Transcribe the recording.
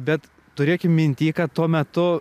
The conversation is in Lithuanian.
bet turėkim minty kad tuo metu